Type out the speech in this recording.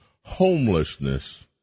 homelessness